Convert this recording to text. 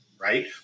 right